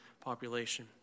population